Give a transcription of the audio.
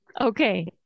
Okay